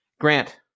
Grant